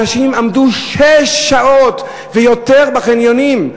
אנשים עמדו שש שעות ויותר בחניונים,